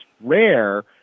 rare